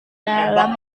dalam